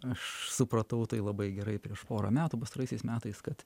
aš supratau tai labai gerai prieš porą metų pastaraisiais metais kad